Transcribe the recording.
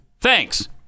Thanks